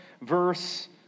verse